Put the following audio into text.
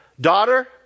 daughter